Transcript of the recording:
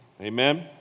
Amen